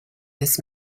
this